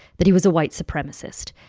that he was a white supremacist.